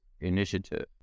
initiative